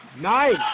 Nice